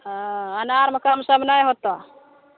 हॅं अनारमे कम सम नहि होतऽ